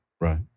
Right